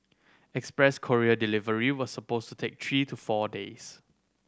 express courier delivery was supposed to take three to four days